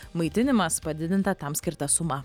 maitinimas padidinta tam skirta suma